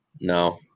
No